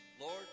Lord